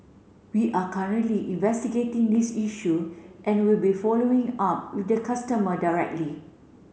we are currently investigating this issue and we will be following up with the customer directly